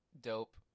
Dope